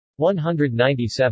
197